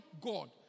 God